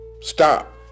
stop